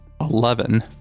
Eleven